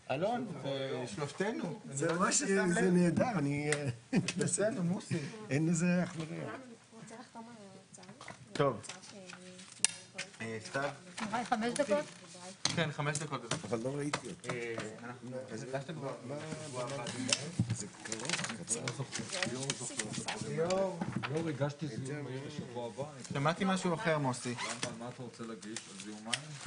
12:30.